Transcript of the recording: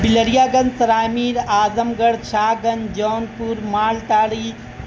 Bilariya Ganj Sarai Mir Azamgarh Shahganj Jaunpur Maltari